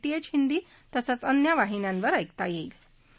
T H Hindi आणि अन्य वाहिन्यांवर ऐकता यईलि